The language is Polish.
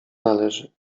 należy